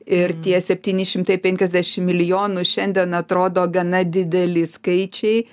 ir tie septyni šimtai penkiasdešim milijonų šiandien atrodo gana dideli skaičiai